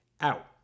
out